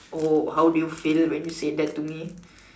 oh how did you feel when you said that to me